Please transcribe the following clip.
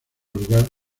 lugar